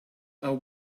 are